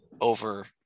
over